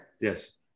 Yes